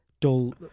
dull